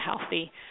healthy